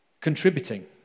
contributing